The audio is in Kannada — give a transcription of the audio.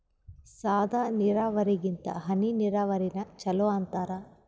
ಸಾದ ನೀರಾವರಿಗಿಂತ ಹನಿ ನೀರಾವರಿನ ಚಲೋ ಅಂತಾರ